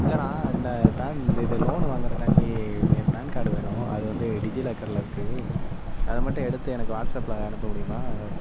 இல்லடா இந்த பேன் இது லோனு வாஙகுறதுக்காண்டி என் பேன் கார்ட் வேணும் அது வந்து டிஜி லாக்கர்லருக்கு அதை மட்டும் எடுத்து எனக்கு வாட்ஸ் ஆப்ல அனுப்ப முடியுமா